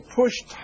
pushed